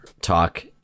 talk